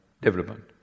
development